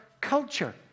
culture